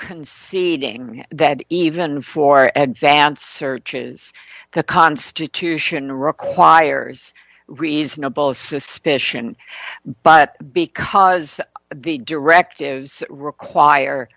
conceding that even for ed vance searches the constitution requires reasonable suspicion but because the directives require